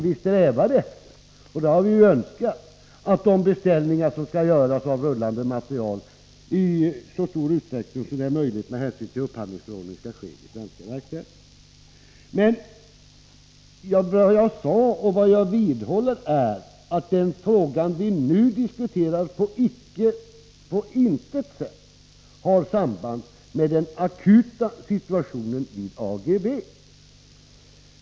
Vi strävar nu efter och önskar att de beställningar som skall göras av rullande materiel i så stor utsträckning som möjligt med hänsyn till upphandlingsförordningen går till svenska verkstäder. Men vad jag sade tidigare och vad jag vidhåller är att den fråga vi nu diskuterar på intet sätt har något samband med den akuta situationen vid Ageve.